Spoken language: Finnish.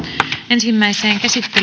ensimmäiseen käsittelyyn